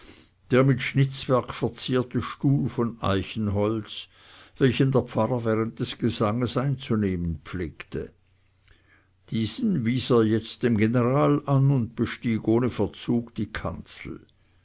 der mit schnitzwerk verzierte stuhl von eichenholz welchen der pfarrer während des gesanges einzunehmen pflegte diesen wies er jetzt dem general an und bestieg ohne verzug die kanzel